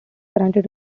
granted